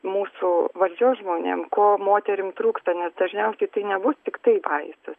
mūsų valdžios žmonėm ko moterim trūksta nes dažniausiai tai nebus tiktai vaistas